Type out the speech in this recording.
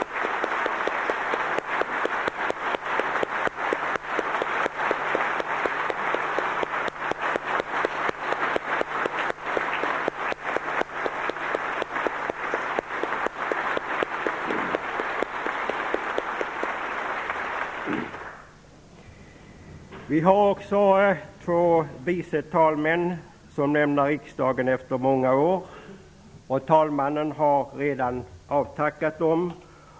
Vi har också två vice talmän som lämnar riksdagen efter många år. Talmannen har redan avtackat dem.